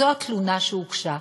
זו התלונה שהוגשה.